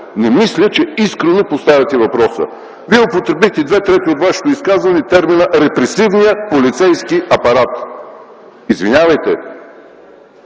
не мисля, че искрено поставяте въпроса. Вие употребихте в две трети от Вашето изказване термина „репресивният полицейски апарат”. Извинявайте,